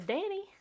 Danny